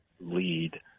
lead